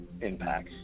impacts